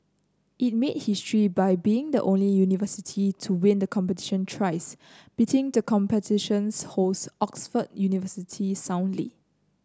it made history by being the only university to win the competition thrice beating the competition's host Oxford University soundly